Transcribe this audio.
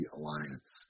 Alliance